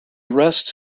rests